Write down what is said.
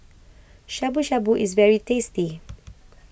Shabu Shabu is very tasty